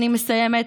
אני מסיימת.